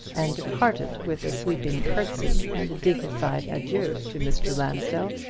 and departed with a sweeping curtsey and a dignified adieu to mr. lansdell.